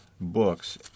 books